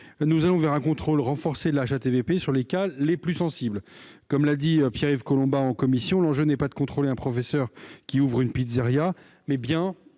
Nous allons vers un contrôle renforcé de la HATVP sur les cas les plus sensibles. Comme l'a dit Pierre-Yves Collombat en commission, l'enjeu n'est pas de contrôler un professeur qui ouvre une pizzeria ! Il